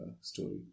story